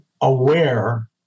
aware